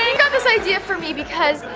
got this idea for me because,